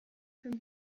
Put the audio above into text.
from